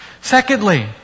Secondly